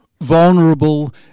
vulnerable